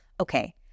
Okay